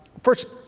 first,